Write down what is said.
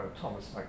Thomas